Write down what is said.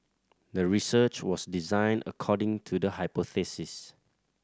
the research was designed according to the hypothesis